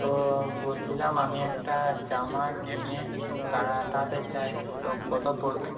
তো বলছিলাম আমি একটা জামা কিনে চাই তো কত পড়বে